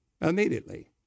immediately